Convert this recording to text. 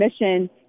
mission